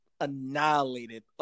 annihilated –